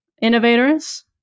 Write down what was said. Innovators